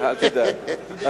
אל תדאג.